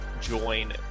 join